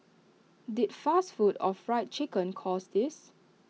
did fast food or Fried Chicken cause this